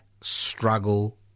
struggle